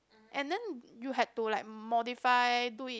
and then you had to like modify do it